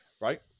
Right